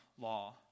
law